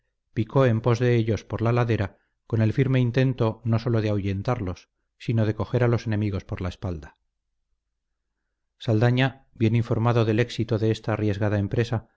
picó en pos de ellos por la ladera con el firme intento no sólo de ahuyentarlos sino de coger a los enemigos por la espalda saldaña bien informado del éxito de esta arriesgada empresa